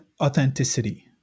authenticity